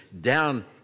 down